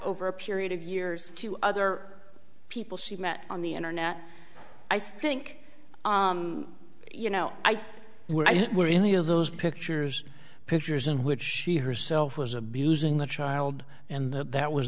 over a period of years to other people she met on the internet i think you know were and were any of those pictures pictures in which she herself was abusing the child and that was